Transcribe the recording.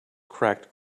cracked